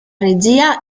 regia